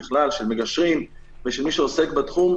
בכלל של מגשרים ושל מי שעוסק בתחום,